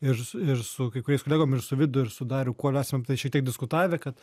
ir s ir su kai kuriais kolegom ir su vidu ir dariu kuoliu esam apie tai šiek tiek diskutavę kad